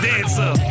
Dancer